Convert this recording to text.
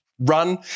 run